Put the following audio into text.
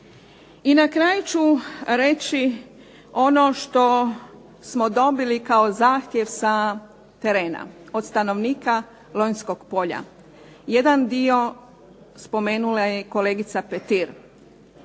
I na kraju ću reći ono što smo dobili kao zahtjev sa terena od stanovnika Lonjskog polja. Jedan dio spomenula je kolegica Petir.